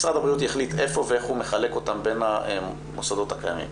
משרד הבריאות יחליט איפה ואיך הוא מחלק אותם בין המוסדות הקיימים.